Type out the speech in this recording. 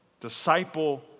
disciple